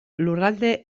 lurralde